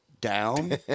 down